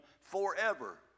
Forever